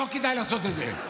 שלא כדאי לעשות את זה.